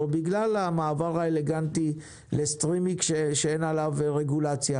בגלל המעבר האלגנטי לסטרימינג שאין עליו רגולציה,